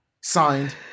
Signed